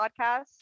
podcast